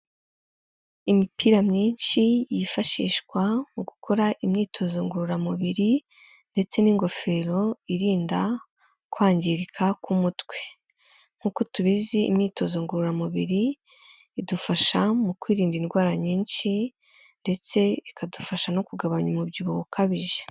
Imipira myinshi yifashishwa mu gukora imyitozo ngororamubiri ndetse n'ingofero irinda kwangirika k'umutwe nk'uko tubizi imyitozo ngororamubiri idufasha mu kwirinda indwara nyinshi ndetse ikadufasha no kugabanya umubyibuho ukabije.